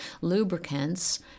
Lubricants